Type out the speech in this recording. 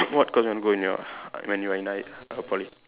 what course you want to go in your when you are in ni~ err poly